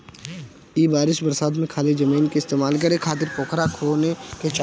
ए बरिस बरसात में खाली जमीन के इस्तेमाल करे खातिर पोखरा खोने के चाही